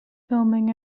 filming